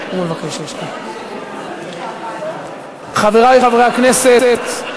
היושב-ראש, חברי חברי הכנסת,